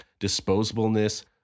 disposableness